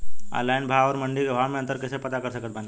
Online भाव आउर मंडी के भाव मे अंतर कैसे पता कर सकत बानी?